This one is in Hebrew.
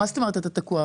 מה זאת אומרת שאתה תקוע?